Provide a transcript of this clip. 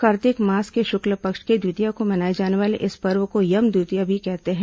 कार्तिक मास के शुक्ल पक्ष की द्वितीया को मनाए जाने वाले इस पर्व को यम द्वितीया भी कहते हैं